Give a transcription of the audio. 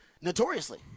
notoriously